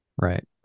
right